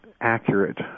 accurate